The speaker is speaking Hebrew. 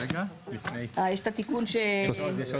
רגע, יש את התיקון --- התוספות.